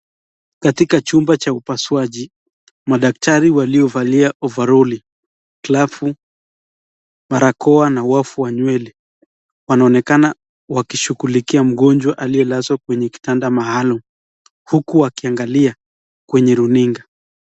Katika chumba cha upasuaji madaktari waliovalia ovaroli glavu barakoa na wavu wa nywele wanaonekana wakishughulikia mgonjwa aliyelazwa kwenye kitanda maalum huku wakiangalia kwenye runinga.